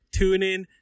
TuneIn